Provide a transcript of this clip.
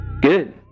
Good